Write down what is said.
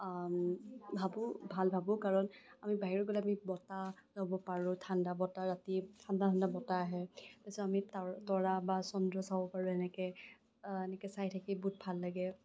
ভাবোঁ ভাল ভাবোঁ কাৰণ আমি বাহিৰত গ'লে আমি বতাহ ল'ব পাৰোঁ ঠাণ্ডা বতাহ ৰাতি ঠাণ্ডা ঠাণ্ডা বতাহ আহে তাৰপাছত আমি তৰা বা চন্দ্ৰ চাব পাৰোঁ এনেকে এনেকে চাই থাকি বহুত ভাল লাগে